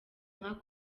nka